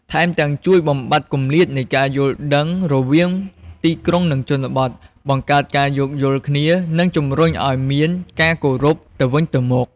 ថែមទាំង ជួយបំបាត់គម្លាតនៃការយល់ដឹងរវាងទីក្រុង និងជនបទ បង្កើនការយោគយល់គ្នា និងជំរុញឱ្យមានការគោរពទៅវិញទៅមក។